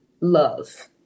love